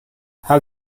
how